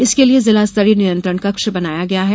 इसके लिए जिला स्तरीय नियंत्रण कक्ष बनाया गया है